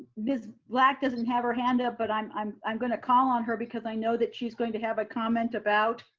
miss black doesn't have her hand up, but i'm i'm gonna call on her because i know that she's going to have a comment about